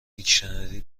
دیکشنری